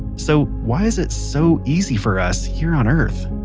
so why is it so easy for us here on earth?